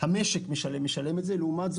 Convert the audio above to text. המשק משלם זאת.